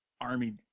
army